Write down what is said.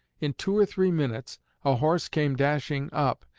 in two or three minutes a horse came dashing up,